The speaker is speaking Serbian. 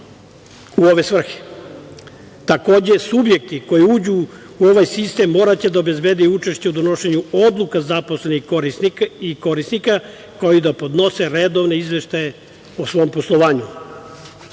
u ove svrhe. Takođe, subjekti koji uđu u ovaj sistem moraće da obezbede i učešće u donošenju odluka zaposlenih korisnika, kao i da podnose redovne izveštaje o svom poslovanju.